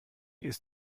ist